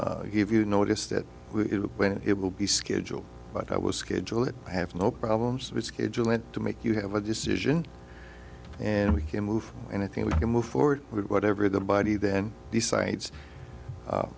have you noticed that when it will be scheduled but i will schedule it i have no problems with scheduling to make you have a decision and we can move and i think we can move forward with whatever the body then decides